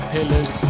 Pillars